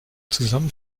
zusammen